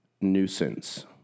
nuisance